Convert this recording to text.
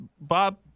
Bob